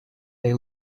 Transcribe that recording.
they